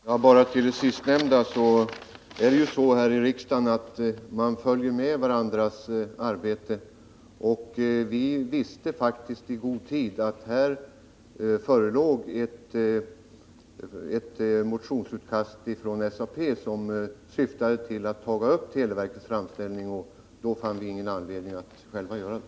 Herr talman! När det gäller det sistnämnda är det ju så här i riksdagen att vi följer varandras arbete. Vi visste faktiskt i god tid att det förelåg ett motionsutkast från SAP som syftade till att ta upp televerkets framställning. Då fann vi ingen anledning att själva göra det.